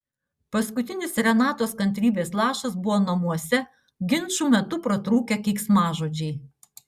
paskutinis renatos kantrybės lašas buvo namuose ginčų metu pratrūkę keiksmažodžiai